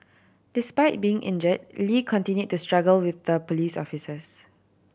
despite being injure Lee continue to struggle with the police officers